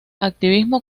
activismo